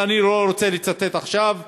אבל אני לא רוצה לצטט עכשיו,